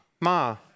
ma